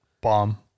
bomb